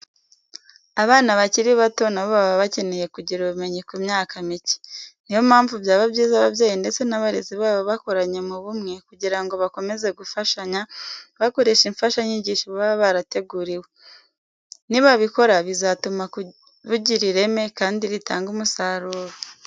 Abana bakiri bato na bo baba bakeneye kugira ubumenyi ku myaka mike. Ni yo mpamvu byaba byiza ababyeyi ndetse n'abarezi babo bakoranye mu bumwe kugira ngo bakomeze gufashanya, bakoresha imfashanyigisho baba barateguriwe. Nibabikora bizatuma bugira ireme kandi ritange umusaruro.